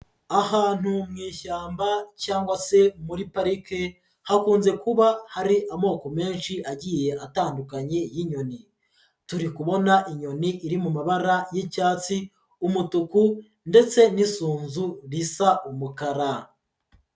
Ahantu mu ishyamba cyangwa se muri parike hakunze kuba hari amoko menshi agiye atandukanye y'inyoni. Turi kubona inyoni iri mu mabara y'icyatsi, umutuku ndetse n'isunzu risa umukara.